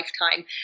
lifetime